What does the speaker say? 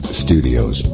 studios